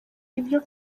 ibyo